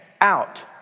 out